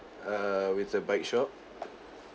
err with a bike shop